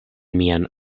mian